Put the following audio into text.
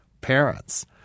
parents